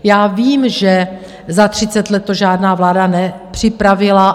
Já vím, že za třicet let to žádná vláda nepřipravila.